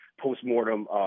post-mortem